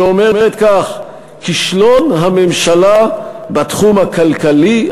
שאומרת כך: כישלון הממשלה בתחום הכלכלי,